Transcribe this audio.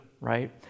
right